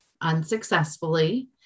unsuccessfully